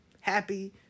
Happy